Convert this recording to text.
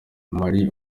marie